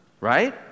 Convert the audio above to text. right